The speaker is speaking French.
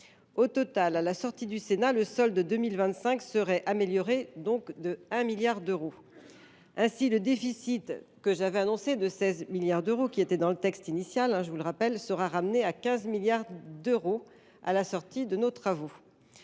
Au total, à la sortie du Sénat, le solde 2025 serait amélioré de 1 milliard d’euros. Ainsi, le déficit que j’avais annoncé de 16 milliards d’euros dans le texte initial sera ramené à 15 milliards à l’issue de nos travaux.